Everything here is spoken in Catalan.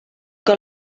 que